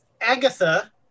Agatha